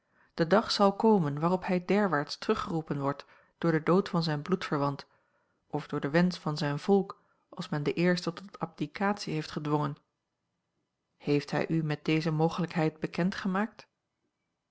de dag zal komen waarop hij derwaarts teruggeroepen wordt door den dood van zijn bloedverwant of door den wensch van zijn volk als men den eerste tot abdicatie heeft gedwongen heeft hij u met deze mogelijkheid bekend gemaakt